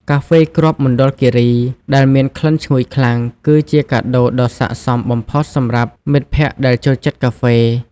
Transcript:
កាហ្វេគ្រាប់មណ្ឌលគិរីដែលមានក្លិនឈ្ងុយខ្លាំង គឺជាកាដូដ៏ស័ក្តិសមបំផុតសម្រាប់មិត្តភក្តិដែលចូលចិត្តកាហ្វេ។